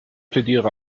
plädiere